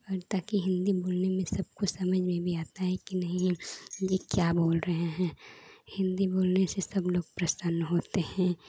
कि हिन्दी बोलने में सबको समझ में भी आती है कि नहीं जो क्या बोल रहे हैं हिन्दी बोलने से सबलोग प्रसन्न होते हैं